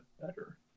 better